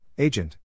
Agent